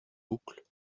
boucles